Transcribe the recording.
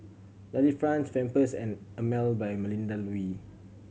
Delifrance Pampers and Emel by Melinda Looi